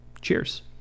Cheers